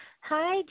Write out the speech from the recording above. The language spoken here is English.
Hi